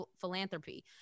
Philanthropy